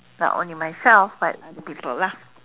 not only myself but other people lah